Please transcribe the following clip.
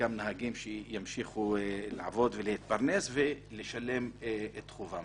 חלקם נהגים ימשיכו לעבוד ולהתפרנס ולשלם את חובם.